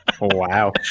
Wow